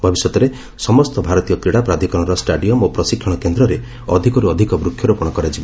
ଭବିଷ୍ୟତରେ ସମସ୍ତ ଭାରତୀୟ କ୍ରୀଡ଼ା ପ୍ରାଧିକରଣର ଷ୍ଟାଡିୟମ୍ ଓ ପ୍ରଶିକ୍ଷଣ କେନ୍ଦ୍ରରେ ଅଧିକରୁ ଅଧିକ ବୃକ୍ଷରୋପଣ କରାଯିବ